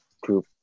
group